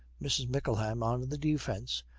mrs. mickleham, on the defence,